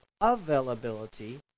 availability